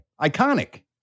Iconic